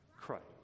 Christ